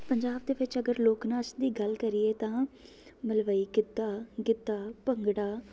ਪੰਜਾਬ ਦੇ ਵਿੱਚ ਅਗਰ ਲੋਕ ਨਾਚ ਦੀ ਗੱਲ ਕਰੀਏ ਤਾਂ ਮਲਵਈ ਗਿੱਧਾ ਗਿੱਧਾ ਭੰਗੜਾ